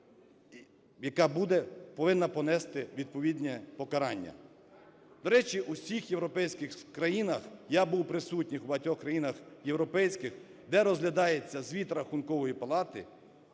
яка буде, повинна понести відповідне покарання. До речі, в усіх європейських країнах (я був присутній в багатьох країнах європейських), де розглядається звіт Рахункової палати,